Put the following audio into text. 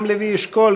גם לוי אשכול,